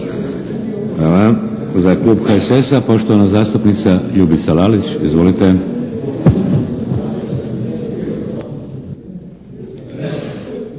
Hvala. Za klub HSS-a, poštovana zastupnica Ljubica Lalić, izvolite.